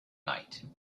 night